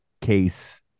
case